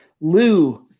Lou